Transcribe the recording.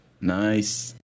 Nice